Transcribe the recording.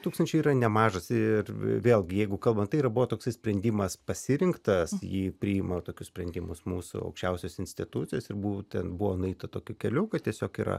tūkstančiai yra nemažas ir vėlgi jeigu kalba tai yra buvo toksai sprendimas pasirinktas jį priima tokius sprendimus mūsų aukščiausios institucijos ir būtent buvo nueita tokiu keliu kad tiesiog yra